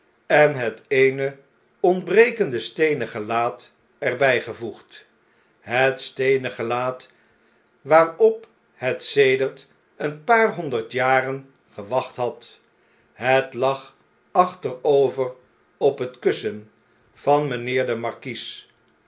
en het eene ontbrekende steenen gelaat er bjjgevoegd het steenen gelaat waarop het sedert een paar honderd jaren gewacht had het lag achterover op het kussen van mynheer den markies